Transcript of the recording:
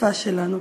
השפה שלנו.